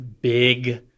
big